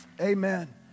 Amen